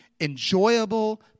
enjoyable